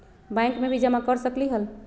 Bank में भी जमा कर सकलीहल?